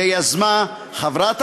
שיזמה חברת